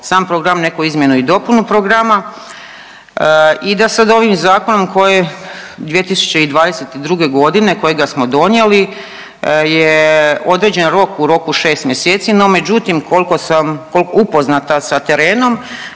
sam program, neko izmjenu i dopunu programa i da sad ovim zakonom, koje, 2022.g. kojega smo donijeli je određen rok u roku 6 mjeseci, no međutim kolko sam, kol…, upoznata sa terenom